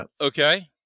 Okay